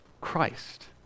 Christ